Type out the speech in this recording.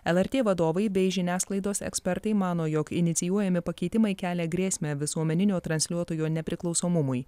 lrt vadovai bei žiniasklaidos ekspertai mano jog inicijuojami pakeitimai kelia grėsmę visuomeninio transliuotojo nepriklausomumui